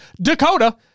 Dakota